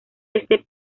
este